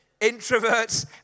introverts